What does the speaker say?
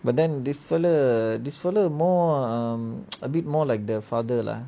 but then this feller this feller more I'm a bit more like the father lah